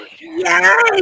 yes